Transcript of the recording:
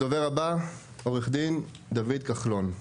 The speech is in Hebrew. הדובר הבא עו"ד דוד כחלון.